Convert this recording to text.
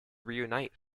reunite